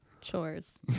Chores